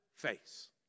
face